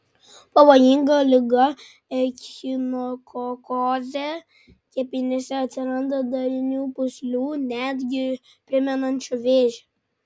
pavojinga liga echinokokozė kepenyse atsiranda darinių pūslių netgi primenančių vėžį